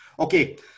Okay